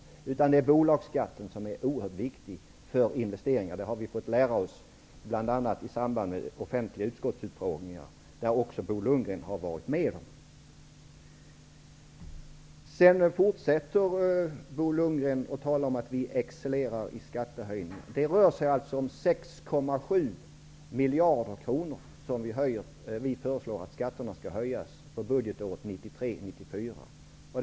Det är i stället bolagsskatten som är oerhört viktig för investeringar. Det har vi fått ära oss, bl.a. i samband med offentliga utskottsutfrågningar, där också Bo Lundgren har varit närvarande. Bo Lundgren fortsätter att tala om att vi excellerar i skattehöjningar. Vi föreslår att skatterna skall höjas med 6,7 miljarder för budgetåret 1993/94.